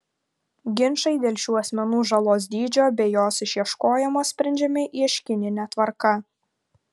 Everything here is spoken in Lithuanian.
ginčai dėl šių asmenų žalos dydžio bei jos išieškojimo sprendžiami ieškinine tvarka